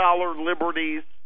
liberties